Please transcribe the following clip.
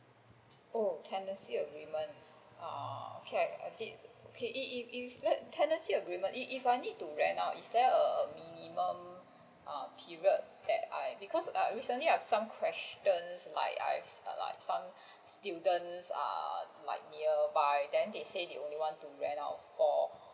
oh tenancy agreement ah okay I did okay if if if tenancy agreement if if I need to rent out is there a minimum ah period that I because recently I have some questions like some students ah like nearby then they say they only want to rent out for